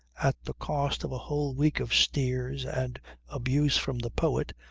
at the cost of a whole week of sneers and abuse from the poet,